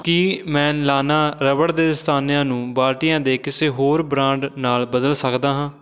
ਕੀ ਮੈਂ ਲਾਨਾ ਰਬੜ ਦੇ ਦਸਤਾਨਿਆਂ ਨੂੰ ਬਾਲਟੀਆਂ ਦੇ ਕਿਸੇ ਹੋਰ ਬ੍ਰਾਂਡ ਨਾਲ ਬਦਲ ਸਕਦਾ ਹਾਂ